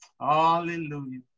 Hallelujah